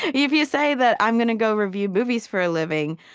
if you say that i'm going to go review movies for a living,